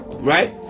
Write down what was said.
Right